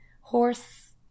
horse